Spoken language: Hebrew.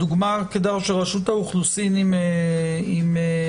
הדוגמה של רשות האוכלוסין עם הדרכונים,